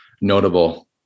notable